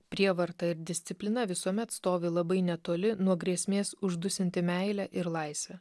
prievarta ir disciplina visuomet stovi labai netoli nuo grėsmės uždusinti meilę ir laisvę